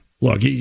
Look